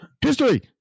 History